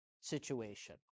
situation